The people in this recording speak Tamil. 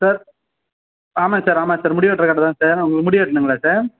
சார் ஆமாம் சார் ஆமாம் சார் முடி வெட்டுற கடை தான் சார் உங்களுக்கு முடி வெட்டணுங்களா சார்